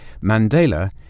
Mandela